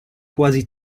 quasi